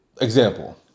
example